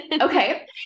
Okay